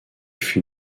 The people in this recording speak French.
fut